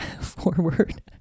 forward